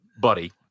buddy